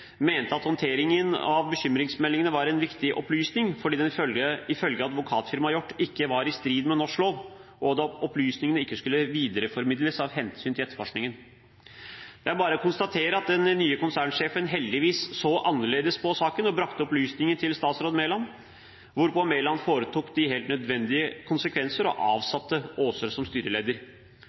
mente at håndteringen av bekymringsmeldingene var en viktig opplysning, fordi den ifølge Advokatfirmaet Hjort ikke var i strid med norsk lov, og at opplysningene ikke skulle videreformidles av hensyn til etterforskningen. Jeg bare konstaterer at den nye konsernsjefen heldigvis så annerledes på saken og brakte opplysninger til statsråd Mæland, hvorpå Mæland tok de helt nødvendige konsekvenser og avsatte Aaser som styreleder.